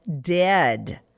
dead